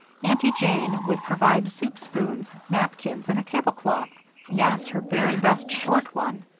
aunty jane would provide soup spoons, napkins, and a tablecloth yes, her very best short one.